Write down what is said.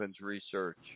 research